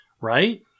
Right